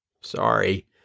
sorry